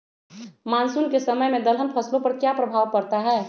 Monsoon के समय में दलहन फसलो पर क्या प्रभाव पड़ता हैँ?